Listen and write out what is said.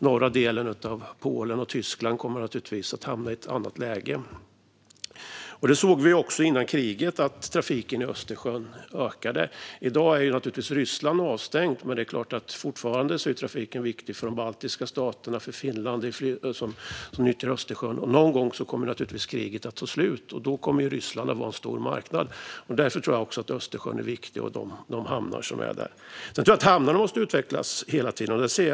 Norra delen av Polen och Tyskland kommer att hamna i ett annat läge. Vi såg också innan kriget att trafiken i Östersjön ökade. I dag är naturligtvis Ryssland avstängt. Men fortfarande är trafiken viktig för de baltiska staterna och Finland. Det är fler som nyttjar Östersjön. Någon gång kommer kriget att ta slut. Då kommer Ryssland att var en stor marknad. Därför är Östersjön och de hamnar som är där viktiga. Hamnarna måste utvecklas hela tiden.